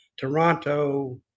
Toronto